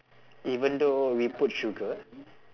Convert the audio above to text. even though we put sugar